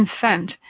consent